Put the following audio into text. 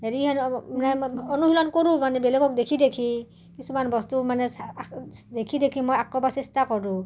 হেৰি মানে অনুশীলন কৰোঁ মানে বেলেগক দেখি দেখি কিছুমান বস্তু মানে দেখি দেখি মই আঁকবা চেষ্টা কৰোঁ